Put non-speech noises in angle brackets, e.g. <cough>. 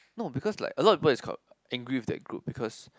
no because like a lot of people is <noise> angry with the group because